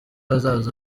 hazaza